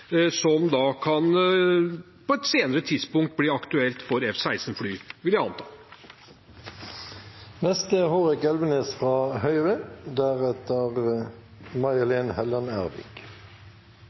som på et senere tidspunkt kan bli aktuell for F-16-fly, vil jeg anta.